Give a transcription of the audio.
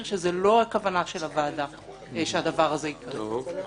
שזאת לא הכוונה של הוועדה שהדבר הזה יקרה.